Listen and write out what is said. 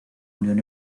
unión